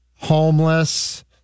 homeless